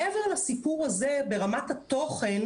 מעבר לסיפור הזה ברמת התוכן,